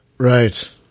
Right